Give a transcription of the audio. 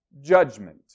judgment